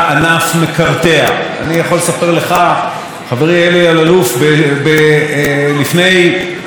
חברי אלי אלאלוף: לפני 20 שנה בערך הייתי לקטור באחת מקרנות הקולנוע,